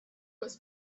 was